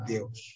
Deus